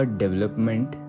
development